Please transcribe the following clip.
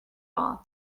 all